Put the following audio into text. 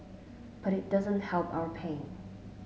but it doesn't help our pain